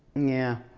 yeah.